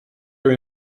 your